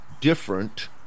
different